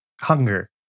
hunger